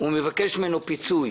ומבקש פיצוי.